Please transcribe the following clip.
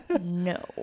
No